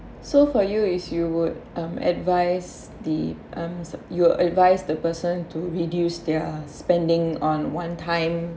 so for you is you would um advise the um you'll advise the person to reduce their spending on one time